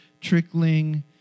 trickling